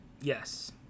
yes